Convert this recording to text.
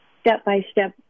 step-by-step